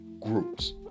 groups